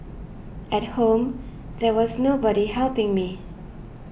at home there was nobody helping me